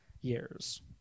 years